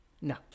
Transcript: No